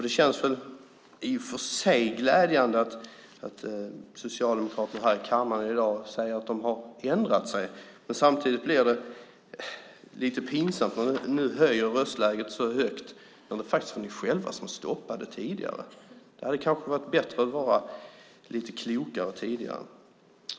Det känns i och för sig glädjande att Socialdemokraterna här i kammaren i dag säger att de har ändrat sig, men samtidigt blir det lite pinsamt när ni nu höjer röstläget när det faktiskt var ni själva som stoppade det tidigare. Det hade kanske varit bättre att vara lite klokare tidigare.